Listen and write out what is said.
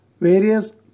various